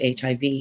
HIV